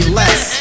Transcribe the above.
less